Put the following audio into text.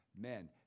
Men